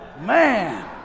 Man